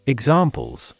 Examples